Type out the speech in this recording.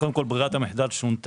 קודם כל, ברירת המחדל שונתה,